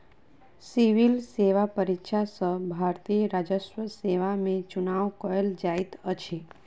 civil सेवा परीक्षा सॅ भारतीय राजस्व सेवा में चुनाव कयल जाइत अछि